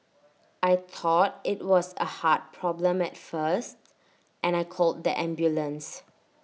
I thought IT was A heart problem at first and I called the ambulance